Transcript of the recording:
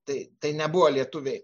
tai tai nebuvo lietuviai